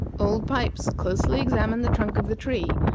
old pipes closely examined the trunk of the tree,